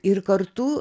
ir kartu